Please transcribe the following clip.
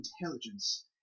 intelligence